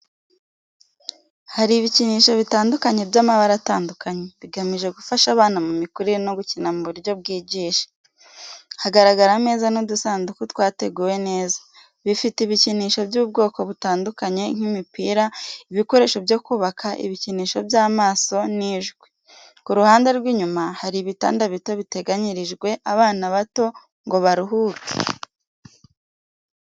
Hari ibikinisho bitandukanye by’amabara atandukanye, bigamije gufasha abana mu mikurire no gukina mu buryo bwigisha. Hagaragara ameza n’udusanduku twateguwe neza, bifite ibikinisho by’ubwoko butandukanye nk’imipira, ibikoresho byo kubaka, ibikinisho by’amaso, n’ijwi. Ku ruhande rw’inyuma hari ibitanda bito biteganyirijwe abana bato ngo baruhuke.